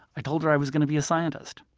i told her i was going to be a scientist.